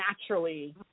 naturally